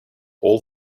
all